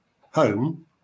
home